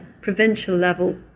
provincial-level